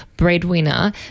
breadwinner